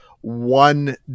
one